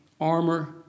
armor